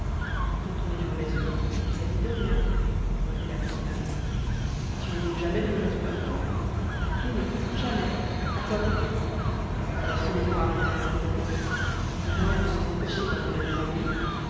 et quand on est de mauvaise humeur on ne s'avise de rien reprit la petite marie et tu n'es donc jamais de mauvaise humeur toi eh non jamais a quoi bon oh ce n'est bon à rien certainement mais le moyen de s'en empêcher quand on a des ennuis